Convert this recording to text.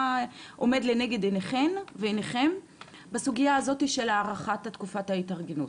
מה עומד לנגד עיניכן ועיניכם בסוגייה הזאת של הארכת תקופת ההתארגנות.